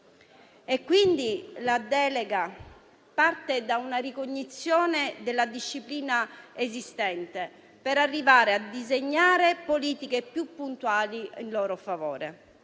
La delega parte da una ricognizione della disciplina esistente, per arrivare a disegnare politiche più puntuali in loro favore.